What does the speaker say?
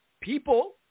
people